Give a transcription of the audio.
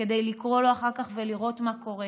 כדי לקרוא לו אחר כך ולראות מה קורה.